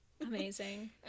Amazing